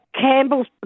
Campbell's